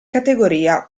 categoria